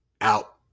out